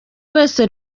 wese